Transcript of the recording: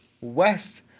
West